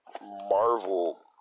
Marvel